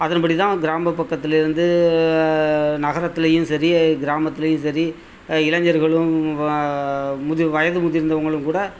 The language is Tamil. அதன் படி தான் கிராம பக்கத்திலேருந்து நகரத்துலேயும் சரி கிராமத்துலேயும் சரி இளைஞர்களும் வ முதி வயது முதிர்ந்தவங்களும் கூட